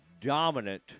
dominant –